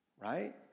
Right